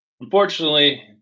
Unfortunately